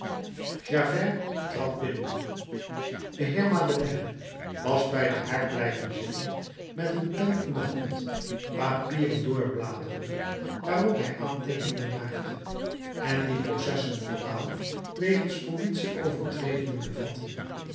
javert trad binnen de heer madeleine was bij den haard blijven zitten met een pen in de hand papieren doorbladerende waarop hij aanteekeningen maakte en die processen verbaal wegens politie overtredingen bevatten